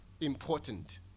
important